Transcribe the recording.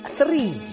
three